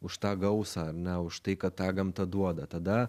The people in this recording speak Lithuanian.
už tą gausą ar ne už tai kad tą gamta duoda tada